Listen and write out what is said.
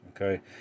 Okay